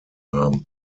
haben